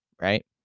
right